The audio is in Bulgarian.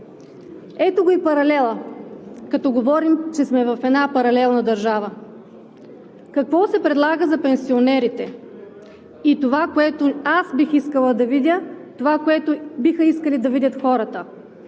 Ето го и паралелът, като говорим, че сме в една паралелна държава. Какво се предлага за пенсионерите и това, което аз бих искала да видя, това, което биха искали да видят хората,